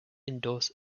endorse